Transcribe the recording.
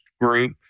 group